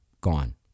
gone